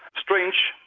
strange,